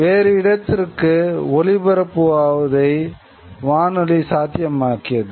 வேறு இடத்திற்கு ஒலிபரப்புவதை வானொலி சாத்தியமாக்கியது